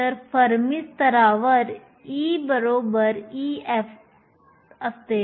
तर फर्मी स्तरावर E Ef असते